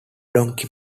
donkey